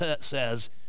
says